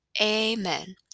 Amen